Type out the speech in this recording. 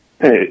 Hey